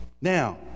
Now